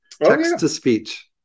Text-to-speech